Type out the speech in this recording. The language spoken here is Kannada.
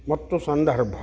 ಮತ್ತು ಸಂದರ್ಭ